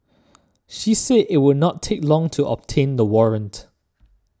she said it would not take long to obtain the warrant